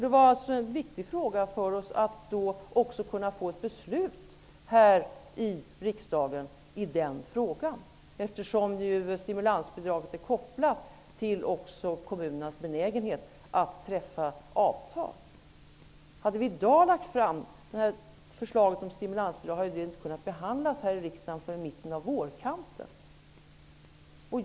Det var alltså en viktig fråga för oss att också få ett beslut här i riksdagen i den frågan, eftersom nu stimulansbidraget är kopplat till kommunernas benägenhet att träffa avtal. Om vi i dag hade lagt fram förslaget om stimulansbidrag, hade det inte kunnat behandlas i riksdagen förrän på vårkanten.